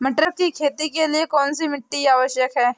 मटर की खेती के लिए कौन सी मिट्टी आवश्यक है?